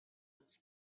its